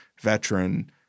veteran